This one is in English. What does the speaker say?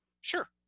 sure